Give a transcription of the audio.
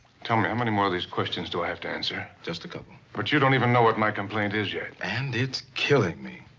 tell me, how many more of these questions do i have to answer? just a couple. but, you don't even know what my complaint is yet. and it's killing me.